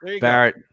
Barrett